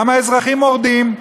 גם האזרחים מורדים,